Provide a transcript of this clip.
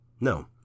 No